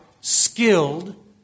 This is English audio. skilled